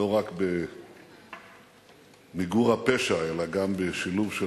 לא רק במיגור הפשע אלא גם בשילוב של